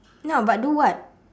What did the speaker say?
ya but do what